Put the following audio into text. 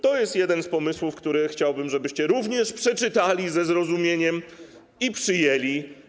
To jest jeden z pomysłów, które chciałbym, żebyście również przeczytali ze zrozumieniem i przyjęli.